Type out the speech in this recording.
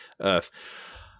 Earth